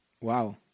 Wow